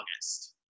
August